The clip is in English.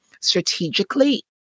strategically